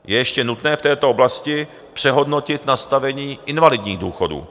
Je ještě nutné v této oblasti přehodnotit nastavení invalidních důchodů.